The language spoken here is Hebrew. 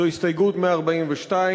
זו הסתייגות 142,